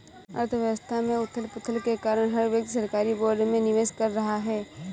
अर्थव्यवस्था में उथल पुथल के कारण हर व्यक्ति सरकारी बोर्ड में निवेश कर रहा है